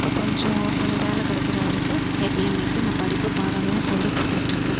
இப்போ கொஞ்சம் கொஞ்சம் வேலை கிடைக்கிற வரைக்கும் என் பிள்ளைங்களுக்கு நான் படிப்பு பாடமெலாம் சொல்லி கொடுத்துட்டுருக்கேன்